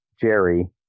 jerry